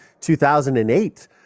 2008